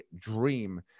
dream